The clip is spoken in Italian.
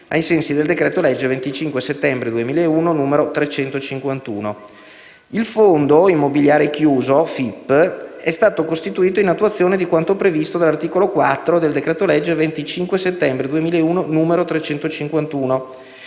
ai sensi del decreto-legge del 25 settembre 2001, n. 351. Il Fondo immobiliare chiuso (FIP) è stato costituito in attuazione di quanto previsto dall'articolo 4 del decreto-legge del 25 settembre 2001, n. 351,